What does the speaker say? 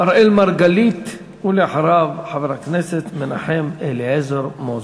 אראל מרגלית, ואחריו, חבר הכנסת מנחם אליעזר מוזס.